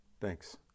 Thanks